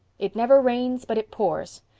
it never rains but it pours.